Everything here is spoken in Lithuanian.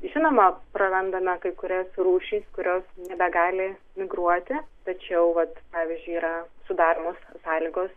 žinoma prarandame kai kurias rūšis kurios nebegali migruoti tačiau vat pavyzdžiui yra sudaromos sąlygos